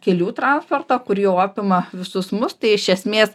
kelių transportą kuriuo apima visus mus tai iš esmės